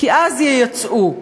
אז ייצאו.